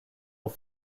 auf